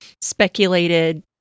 speculated